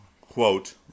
Quote